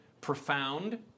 profound